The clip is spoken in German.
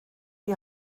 die